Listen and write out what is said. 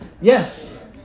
Yes